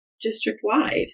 district-wide